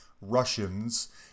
Russians